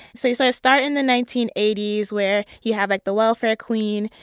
so you sort of start in the nineteen eighty s, where you have, like, the welfare queen.